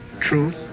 truth